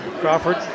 Crawford